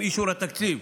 עם אישור התקציב,